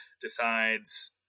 decides